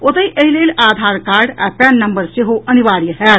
ओतहि एहि लेल आधार कार्ड आ पैन नम्बर सेहो अनिवार्य होयत